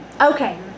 Okay